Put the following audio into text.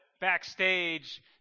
backstage